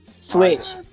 Switch